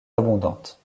abondante